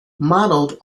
modelled